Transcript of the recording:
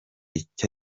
icyo